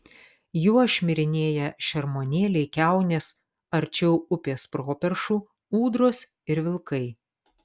juo šmirinėja šermuonėliai kiaunės arčiau upės properšų ūdros ir vilkai